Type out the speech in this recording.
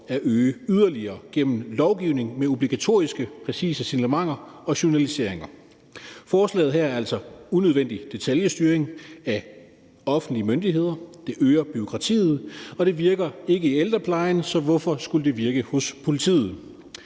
at øge yderligere gennem lovgivning om obligatoriske, præcise signalementer og journaliseringer. Forslaget her er altså udtryk for unødvendig detaljestyring af offentlige myndigheder; det øger bureaukratiet, og det virker ikke i ældreplejen, så hvorfor skulle det virke hos politiet?